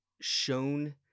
shown